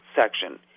section